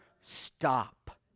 stop